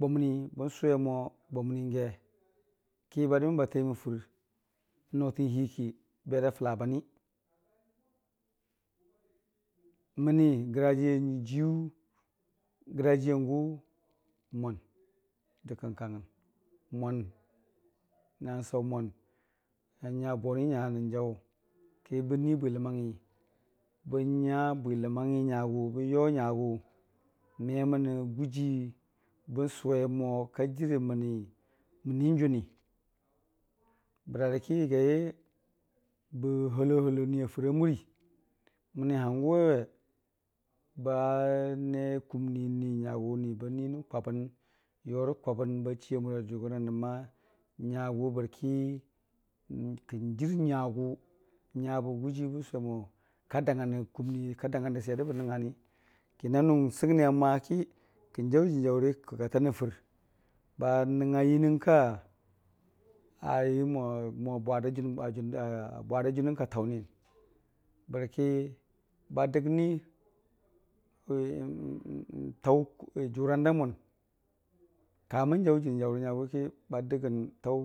bʊmni n'sʊwe mo bʊmni n'ge ki ba dəmən ba tai mən fɨr n'notən hiiki bera fəla bani, məni grajiiya jiiyu grajiiyangʊ n'mwan də kən kəngngən, mwan na n'saʊ mwan na anya boni nya na n'kun ki bən nuii bwiləmangngi nyagʊ, bəyo nyagʊ, me mənə gujii bən sʊweme ka jɨre məniui bən sʊwe mo mən nuiin jʊni bər arə ki bəgai yə bə halohaloni a fɨramurii mənii n'hangʊ wai we ba ne kumnii ni nyagʊ niba nuii nənn kwabən yora kwabən bachiia jʊngʊra nəb bərki kən jiir nyagʊ n'nyabə gujii bən sʊwe mo ka dangngən rə kumnii ka dangngən rə swiyer də bənnəngngani, kə nanʊ n'səngni ainaki kən jaʊ jəni jaʊri ka tanən fɨr ba nəngnga yənɨngka mo mo bwada mo bwada jʊnən ka təuni bər ki ba dəkni n'taʊ jʊran daimʊn, kamən jaʊ jənii jaʊri nyagʊki.